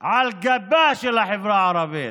על גבה של החברה הערבית,